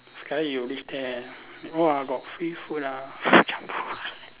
sekali you live there ah !wah! got free food ah